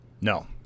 No